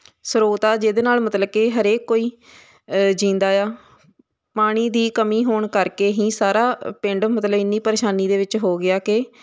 ਸਰੋਤ ਆ ਜਿਹਦੇ ਨਾਲ ਮਤਲਬ ਕਿ ਹਰੇਕ ਕੋਈ ਜਿਊਂਦਾ ਆ ਪਾਣੀ ਦੀ ਕਮੀ ਹੋਣ ਕਰਕੇ ਹੀ ਸਾਰਾ ਪਿੰਡ ਮਤਲਬ ਇੰਨੀ ਪਰੇਸ਼ਾਨੀ ਦੇ ਵਿੱਚ ਹੋ ਗਿਆ ਕਿ